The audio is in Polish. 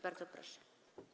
Bardzo proszę.